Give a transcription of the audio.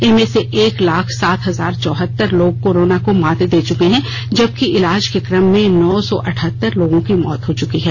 इनमें से एक लाख सात हजार चौहतर लोग कोरोना को मात दे चुके हैं जबकि इलाज के क्रम में नौ सौ अठहतर लोगों की मौत हो चुकी है